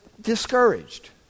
discouraged